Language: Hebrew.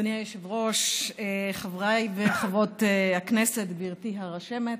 אדוני היושב-ראש, חברי וחברות הכנסת, גברתי הרשמת,